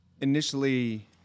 initially